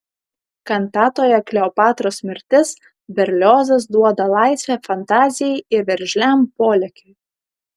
kantatoje kleopatros mirtis berliozas duoda laisvę fantazijai ir veržliam polėkiui